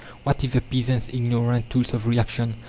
what if the peasants, ignorant tools of reaction,